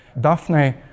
Daphne